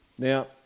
Now